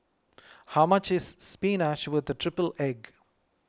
how much is Spinach with Triple Egg